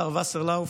השר וסרלאוף.